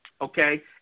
okay